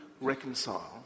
reconcile